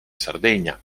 sardegna